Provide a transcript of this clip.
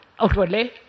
outwardly